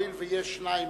הואיל ויש שניים